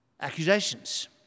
accusations